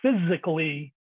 physically